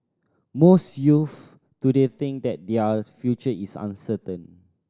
most youth today think that their future is uncertain